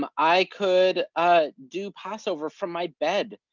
um i could ah do passover from my bed.